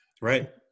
Right